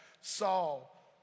Saul